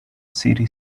city